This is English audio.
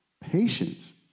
Patience